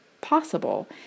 possible